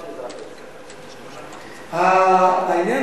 ניסינו, העניין